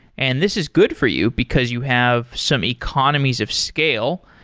and this is good for you because you have some economies of scale,